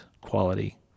quality